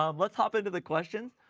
um let's hop into the questions.